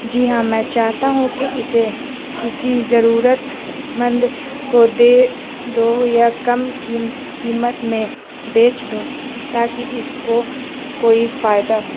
جی ہاں میں چاہتا ہوں کہ اسے کسی ضرورت مند کو دے دوں یا کم قیمت میں بیچ دوں تاکہ اس کو کوئی فائدہ ہوں